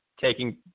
taking